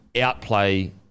outplay